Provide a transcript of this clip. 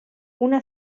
una